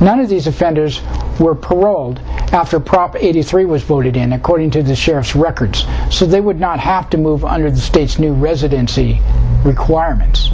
none of these offenders were paroled after proper eighty three was voted in according to the sheriff's records so they would not have to move under the state's new residency requirements